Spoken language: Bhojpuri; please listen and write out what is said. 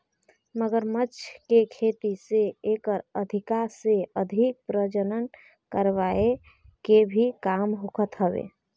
मगरमच्छ के खेती से एकर अधिका से अधिक प्रजनन करवाए के भी काम होखत हवे